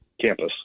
campus